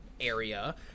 area